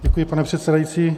Děkuji, pane předsedající.